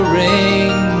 ring